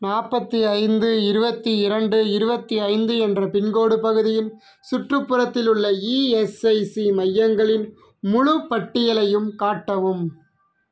நாற்பத்தைந்து இருபத்திரெண்டு இருபத்தைந்து என்ற பின்கோடு பகுதியின் சுற்றுப்புறத்தில் உள்ள இஎஸ்ஐசி மையங்களின் முழுப் பட்டியலையும் காட்டவும்